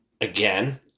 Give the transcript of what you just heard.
Again